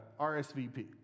RSVP